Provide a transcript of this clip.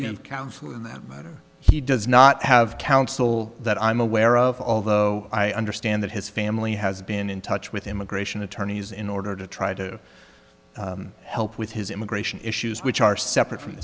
and counsel in that matter he does not have counsel that i'm aware of although i understand that his family has been in touch with immigration attorneys in order to try to help with his immigration issues which are separate from